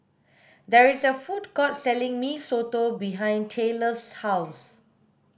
there is a food court selling mee soto behind Tayler's house